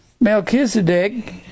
Melchizedek